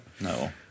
No